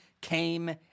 came